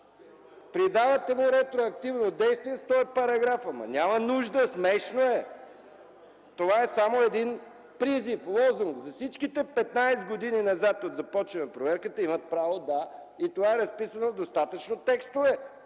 Придавате му ретроактивно действие с този параграф, ама няма нужда. Смешно е. Това е само един призив, лозунг. За всичките 15 години назад от започване на проверката имат право. Това е разписано в достатъчно текстове.